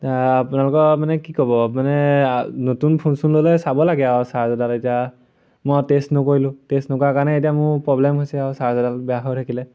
আপোনালোকৰ মানে কি ক'ব মানে নতুন ফোন চোন ল'লে চাব লাগে আও চাৰ্জাৰডাল এতিয়া মই টেষ্ট নকৰিলোঁ টেষ্ট নকৰাক কাৰণে এতিয়া মোৰ প্ৰব্লেম হৈছে আৰু চাৰ্জাৰডাল বেয়া হৈ থাকিলে